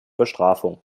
bestrafung